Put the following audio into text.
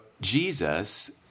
Jesus